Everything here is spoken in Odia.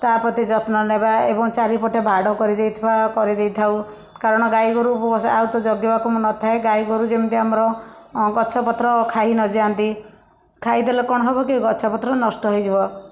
ତା ପ୍ରତି ଯତ୍ନ ନେବା ଏବଂ ଚାରିପଟେ ବାଡ଼ କରି ଦେଇଥିବା କରି ଦେଇଥାଉ କାରଣ ଗାଈ ଗୋରୁ ଆଉ ତ ଜଗିବାକୁ ମୁଁ ନଥାଏ ଗାଈ ଗୋରୁ ଯେମିତି ଆମର ଗଛ ପତ୍ର ଖାଇ ନ ଯାଆନ୍ତି ଖାଇଦେଲେ କ'ଣ ହବ କି ଗଛ ପତ୍ର ନଷ୍ଟ ହେଇଯିବ